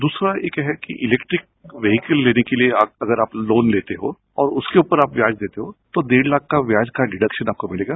द्रसरा यह है कि इलेक्ट्रिक वैक्लि लेने के लिए आप लोन लेते हो तो उसके उपर आप ब्याज लेते हो तो डेढ़ लाख के ब्याज का डिडेक्सन आप मिलेगा